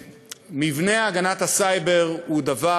מבנה הגנת הסייבר הוא דבר